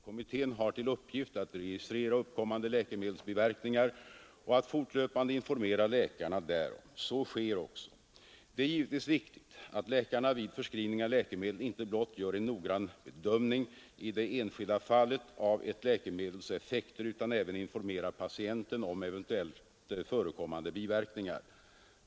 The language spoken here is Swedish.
Kommittén har till uppgift att registrera uppkommande läkemedelsbiverkningar och att fortlöpande informera läkarna därom. Så sker också. Det är givetvis viktigt att läkarna vid förskrivning av läkemedel inte blott gör en noggrann bedömning i det enskilda fallet av ett läkemedels effekter utan även informerar patienten om eventuellt förekommande biverkningar.